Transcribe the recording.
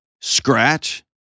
scratch